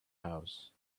house